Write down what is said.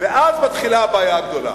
ואז מתחילה הבעיה הגדולה,